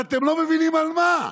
ואתם לא מבינים על מה.